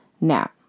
Now